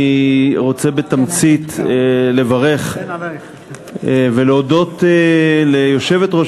אני רוצה בתמצית לברך ולהודות ליושבת-ראש